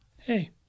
Hey